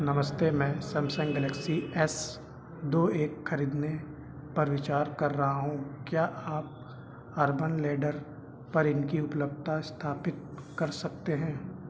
नमस्ते मैं Samsung Galaxy S दो एक खरीदने पर विचार कर रहा हूँ क्या आप अर्बन लैडर पर इनकी उपलब्धता स्थापित कर सकते हैं